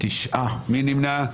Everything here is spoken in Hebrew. מי נמנע?